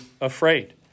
afraid